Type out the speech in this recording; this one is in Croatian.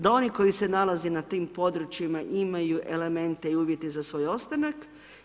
Da oni koji se nalaze na tim područjima imaju elemente i uvjete za svoj ostanak.